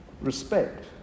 respect